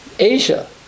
Asia